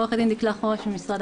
עורכת דין דיקלה חורש ממשרד